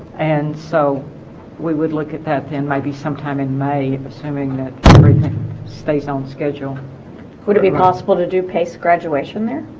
and so we would look at that then maybe sometime in may assuming that everything stays on schedule would it be possible to do pace graduation there